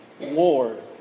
Lord